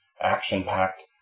action-packed